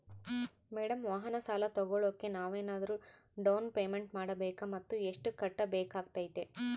Madam ವಾಹನ ಸಾಲ ತೋಗೊಳೋಕೆ ನಾವೇನಾದರೂ ಡೌನ್ ಪೇಮೆಂಟ್ ಮಾಡಬೇಕಾ ಮತ್ತು ಎಷ್ಟು ಕಟ್ಬೇಕಾಗ್ತೈತೆ?